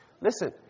Listen